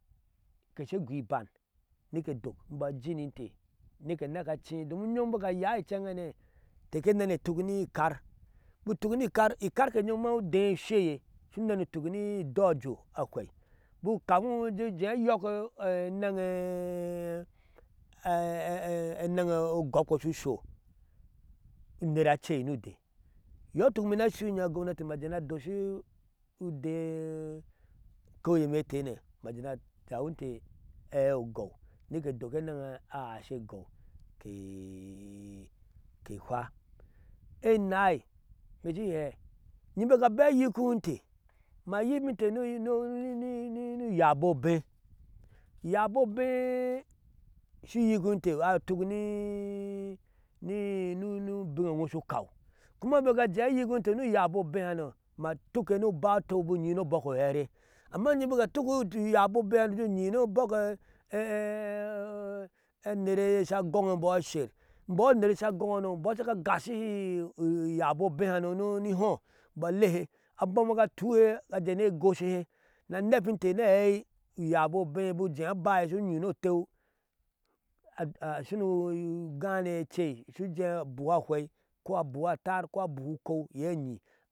Ke she egoo iban nike dok umbɔɔ ajininte ni ke eneke cii, doma unyom bik ayai incɛŋhanei inte kenene etuk ni ikar, bik utuk ni kar, ikarke nyom maa udee usheye shu nɛnɛ utuk ni idoo ajɔɔ ahwei, bik u kafi ido uje ujee ayokii enɛŋŋo o ugɔkpe shu sho unera acei ni odee. iyɔɔ ituk imee ni ashui nyime agomnati ma jee naa adosho idee okanye metene ni a jawinte aei o ogɔw mike edok eneŋ a aishi ogow ke hwa tnai imeshi in hɛɛ bik a bea anyikiwinte ma nyikinte ni oyabu obe uyabu obe shu kaw, kuma bik ajee anyikininte ni uyabu obehamo, ma tukke ni aba otew nouba unyi ni obbe anersha agɔŋ e imbɔɔ sha sher, imbɔɔ aner sha agɔŋhano imbɔɔ shiga gashihee uyabii obehano mihi imbɔɔ alehe, abom ga tuhe ajee ni egoshiha in anɛpinte ni aei uyabu obei bik ujea abai shu nyi ni otew shunu ugani ecei, shu jee abuhu ahwei ko abuhu atar, ko abuhu okow iyee anyi.